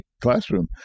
classroom